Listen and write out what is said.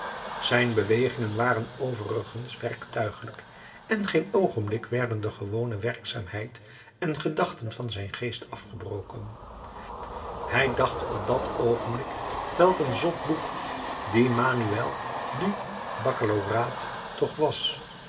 zijn bewegingen waren overigens werktuiglijk en geen oogenblik werden de gewone werkzaamheid en gedachten van zijn geest afgebroken hij dacht op dat oogenblik welk een zot boek die manuel du baccalaureat toch was